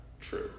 True